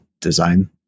design